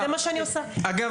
אגב,